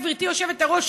גברתי היושבת-ראש,